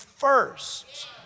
first